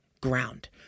ground